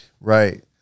Right